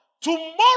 tomorrow